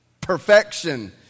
Perfection